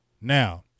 Now